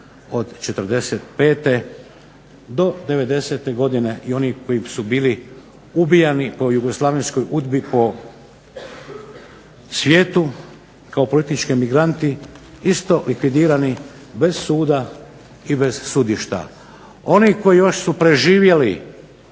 od '45. do '90. godine i oni koji su bili ubijani po Jugoslavenskoj udbi po svijetu kao politički emigranti isto likvidirani bez suda i bez sudišta. Oni koji su još preživjeli